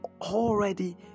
already